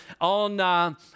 on